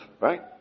right